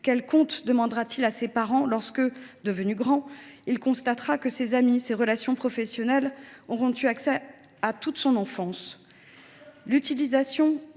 Quels comptes demandera t il à ses parents lorsque, une fois devenu grand, il constatera que ses amis et ses relations professionnelles auront eu accès à toute son enfance ?